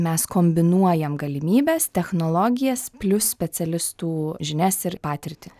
mes kombinuojam galimybes technologijas plius specialistų žinias ir patirtį